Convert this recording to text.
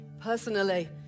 personally